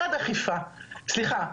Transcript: סליחה,